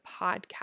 podcast